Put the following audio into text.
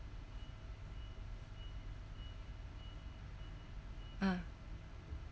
ah